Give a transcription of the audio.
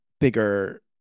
bigger